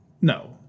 No